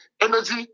energy